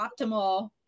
optimal